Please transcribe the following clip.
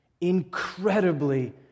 incredibly